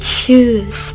choose